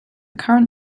current